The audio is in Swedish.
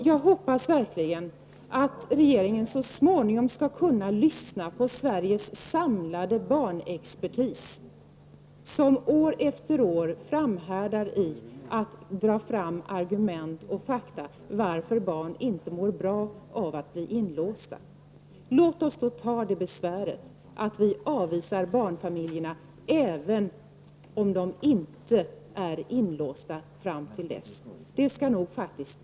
Jag hoppas verkligen att regeringen så småningom skall lyssna på Sveriges samlade barnexpertis, som år efter år framhärdar i sina strävanden att ta fram argument och fakta om varför barn inte mår bra av att vara inlåsta. Låt oss ta det besvär som det för med sig att inte ha barn familjerna inlåsta fram till dess att de avvisas!